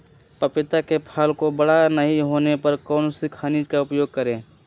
पपीता के फल को बड़ा नहीं होने पर कौन सा खनिज का उपयोग करें?